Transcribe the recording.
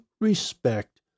respect